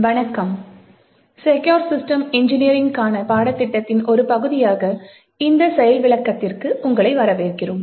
வணக்கம் secure system இன்ஜினியரிங்க்கான பாடத்தின் ஒரு பகுதியாக இந்த செயல் விளக்கத்திற்க்கு உங்களை வரவேற்கிறோம்